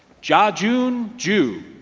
jajune ju